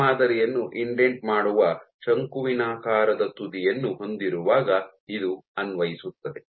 ನಿಮ್ಮ ಮಾದರಿಯನ್ನು ಇಂಡೆಂಟ್ ಮಾಡುವ ಶಂಕುವಿನಾಕಾರದ ತುದಿಯನ್ನು ಹೊಂದಿರುವಾಗ ಇದು ಅನ್ವಯಿಸುತ್ತದೆ